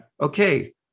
okay